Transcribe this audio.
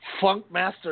Funkmaster